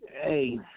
hey